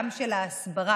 גם של ההסברה,